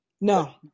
no